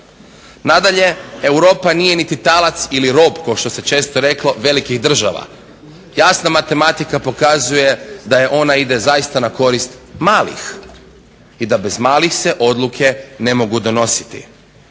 Nadalje, Europa nije niti talac ili rob, kao što se često reklo, velikih država. Jasna matematika pokazuje da ona ide zaista na korist malih i da bez malih se odluke ne mogu donositi.